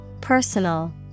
Personal